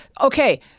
Okay